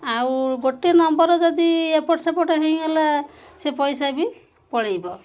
ଆଉ ଗୋଟେ ନମ୍ବର ଯଦି ଏପଟ ସେପଟ ହେଇଗଲା ସେ ପଇସା ବି ପଳେଇବ